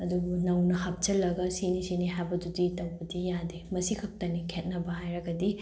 ꯑꯗꯨꯕꯨ ꯅꯧꯅ ꯍꯥꯞꯆꯤꯜꯂꯒ ꯁꯤꯅꯤ ꯁꯤꯅꯤ ꯍꯥꯏꯕꯗꯨꯗꯤ ꯇꯧꯕꯗꯤ ꯌꯥꯗꯦ ꯃꯁꯤ ꯈꯛꯇꯅꯤ ꯈꯦꯠꯅꯕ ꯍꯥꯏꯔꯒꯗꯤ